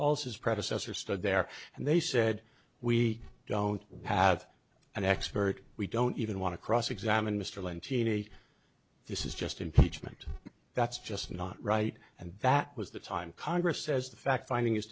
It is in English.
repulses predecessor stood there and they said we don't have an expert we don't even want to cross examine mr leontine this is just impeachment that's just not right and that was the time congress says the fact finding is